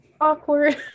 awkward